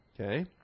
Okay